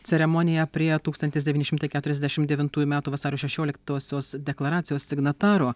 ceremonija prie tūkstantis devyni šimtai keturiasdešimt devintųjų metų vasario šešioliktosios deklaracijos signataro